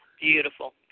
beautiful